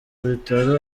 bitaro